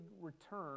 return